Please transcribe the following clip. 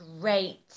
great